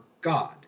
God